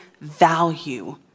value